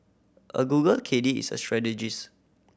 a Google caddie is a strategist